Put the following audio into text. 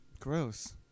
Gross